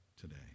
today